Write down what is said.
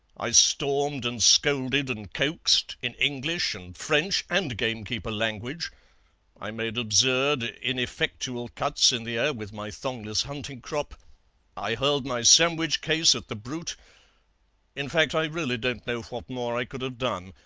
i stormed and scolded and coaxed in english and french and gamekeeper language i made absurd, ineffectual cuts in the air with my thongless hunting-crop i hurled my sandwich case at the brute in fact, i really don't know what more i could have done.